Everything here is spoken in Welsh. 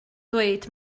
dweud